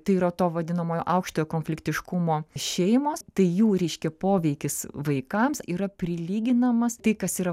tai yra to vadinamojo aukštojo konfliktiškumo šeimos tai jų reiškia poveikis vaikams yra prilyginamas tai kas yra